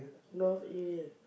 north area